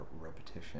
repetition